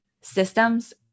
systems